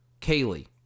Kaylee